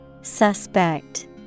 Suspect